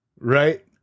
right